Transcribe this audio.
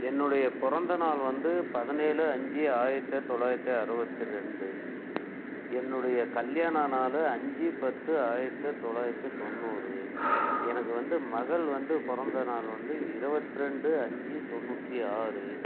என்னுடைய பிறந்தநாள் வந்து பதினேழு அஞ்சு ஆயிரத்தி தொள்ளாயிரத்தி அறுபத்தி ரெண்டு என்னுடைய கல்யாண நாள் அஞ்சு பத்து ஆயிரத்தி தொள்ளாயிரத்தி தொண்ணூறு எனக்கு வந்து மகள் வந்து பிறந்தநாள் வந்து இருவத்திரெண்டு அஞ்சு தொண்ணூற்றி ஆறு